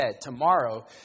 Tomorrow